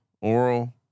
Oral